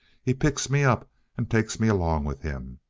he picks me up and takes me along with him.